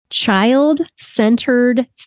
Child-Centered